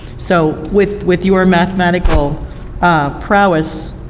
so with with your mathematical prowess,